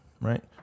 right